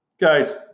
Guys